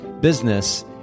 business